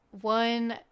one